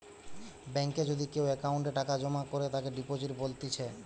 বেঙ্কে যদি কেও অ্যাকাউন্টে টাকা জমা করে তাকে ডিপোজিট বলতিছে